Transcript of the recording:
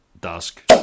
dusk